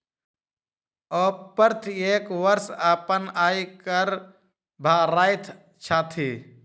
ओ प्रत्येक वर्ष अपन आय कर भरैत छथि